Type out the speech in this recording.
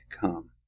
come